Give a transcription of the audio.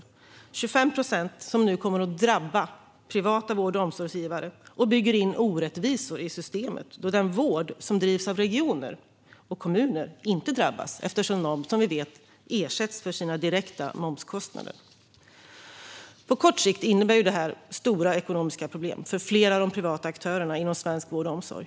Momsen på 25 procent kommer att drabba privata vård och omsorgsgivare, och den bygger in orättvisor i systemet då den vård som drivs av regioner och kommuner inte drabbas eftersom de, som vi vet, ersätts för sina direkta momskostnader. På kort sikt innebär detta stora ekonomiska problem för flera av de privata aktörerna inom svensk vård och omsorg.